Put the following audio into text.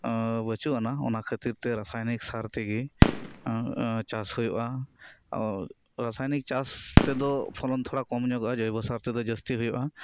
ᱵᱟᱹᱪᱩᱜ ᱟᱱᱟ ᱚᱱᱟ ᱠᱷᱟᱹᱛᱤᱨ ᱛᱮ ᱨᱟᱥᱟᱭᱚᱱᱤᱠ ᱥᱟᱨ ᱛᱮᱜᱤ ᱪᱟᱥ ᱦᱩᱭᱩᱜ ᱟ ᱨᱟᱥᱟᱭᱱᱤᱠ ᱪᱟᱥ ᱛᱮᱫᱚ ᱯᱷᱚᱞᱚᱱ ᱛᱷᱚᱲᱟ ᱠᱚᱢ ᱧᱚᱜᱚᱜ ᱟ ᱡᱚᱭᱵᱚᱥᱟᱨ ᱛᱮᱫᱚ ᱡᱟᱹᱥᱛᱤ ᱦᱩᱭᱩᱜ ᱟ